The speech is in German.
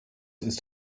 ist